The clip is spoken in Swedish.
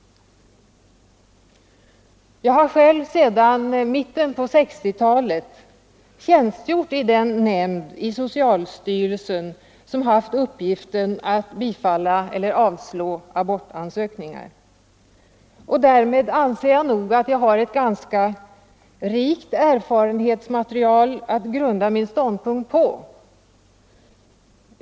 Jag har sedan mitten av 1960-talet tjänstgjort i den nämnd i socialstyrelsen som haft uppgiften att bifalla eller avslå abortansökningar. Därmed har jag ett ganska rikt erfarenhetsmaterial att grunda min ståndpunkt på.